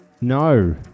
No